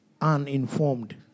uninformed